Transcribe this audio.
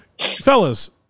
fellas